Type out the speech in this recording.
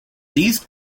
these